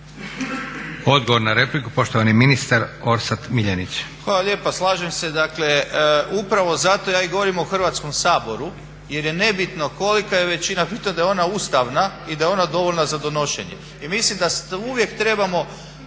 Odgovor na repliku poštovani ministar Orsat Miljenić. **Miljenić, Orsat** Hvala lijepa. Slažem se dakle upravo zato ja i govorim o Hrvatskom saboru jer je nebitno kolika je većina, bitno da je ona ustavna i da je ona dovoljna za donošenje. I mislim da uvijek trebamo